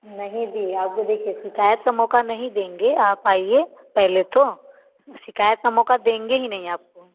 नहीं दी आइए देखिए सिकायत का मौका नहीं देंगे आप आइए पहले तो शिकायत का मौका देंगे ही नहीं आपको